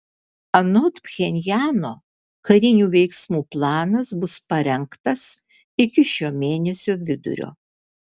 anot pchenjano karinių veiksmų planas bus parengtas iki šio mėnesio vidurio